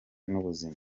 n’ubuzima